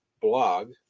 blog